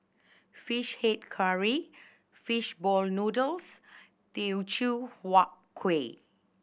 Fish Head Curry fish ball noodles Teochew Huat Kueh